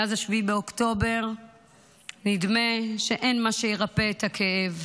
מאז 7 באוקטובר נדמה שאין מה שירפא את הכאב.